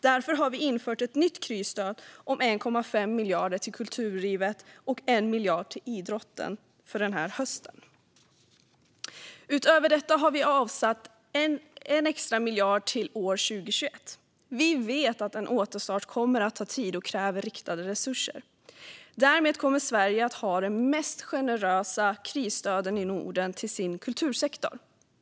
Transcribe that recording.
Därför har vi infört ett nytt krisstöd om 1,5 miljarder till kulturlivet och 1 miljard till idrotten för den här hösten. Utöver detta har vi avsatt 1 extra miljard till år 2021. Vi vet att en återstart tar tid och kräver riktade resurser. Därmed kommer Sverige att ha de mest generösa krisstöden i Norden till kultursektorn.